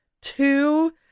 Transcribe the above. two